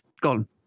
gone